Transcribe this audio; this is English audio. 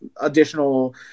additional